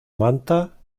manta